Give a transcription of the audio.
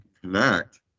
connect